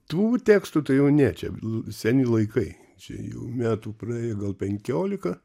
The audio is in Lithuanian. tų tekstų tai jau ne čia seni laikai čia jau metų praėjo gal penkiolika